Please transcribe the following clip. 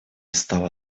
стало